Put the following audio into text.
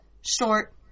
short